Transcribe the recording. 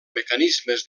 mecanismes